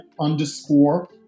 underscore